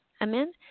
Amen